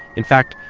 in fact,